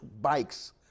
bikes